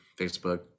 Facebook